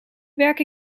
werk